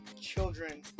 children